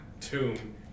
tomb